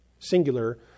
Singular